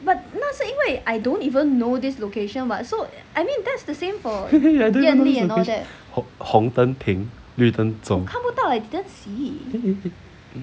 红灯停绿灯走